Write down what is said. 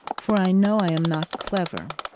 for i know i am not clever.